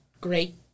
great